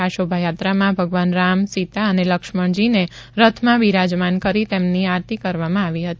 આ શોભાયાત્રામાં ભગવાન રામ સીતા અને લક્ષ્મણજીને રથમાં બીરાજમાન કરી તેમની આરતી કરવામાં આવી હતી